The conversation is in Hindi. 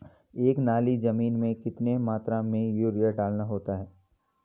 एक नाली जमीन में कितनी मात्रा में यूरिया डालना होता है?